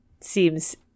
seems